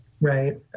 Right